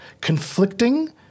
conflicting